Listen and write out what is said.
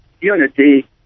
unity